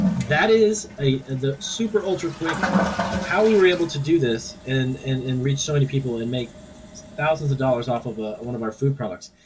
that is the super ultra quick how we were able to do this and and and reach so many people and make thousands of dollars off of ah one of our food products.